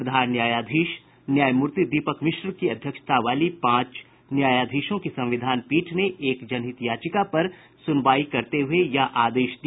प्रधान न्यायाधीश न्यायमूर्ति दीपक मिश्र की अध्यक्षता वाली पांच न्यायाधीशों की संविधान पीठ ने एक जनहित याचिका पर सुनवाई करते हुए यह आदेश दिया